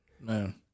Man